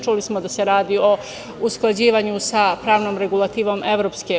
Čuli smo da se radi o usklađivanju sa pravnom regulativom EU.